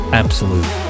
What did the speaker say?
absolute